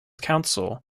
council